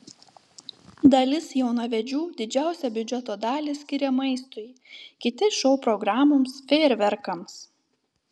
dalis jaunavedžių didžiausią biudžeto dalį skiria maistui kiti šou programoms fejerverkams